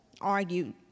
argued